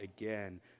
again